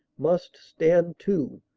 must stand to,